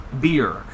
beer